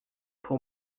pour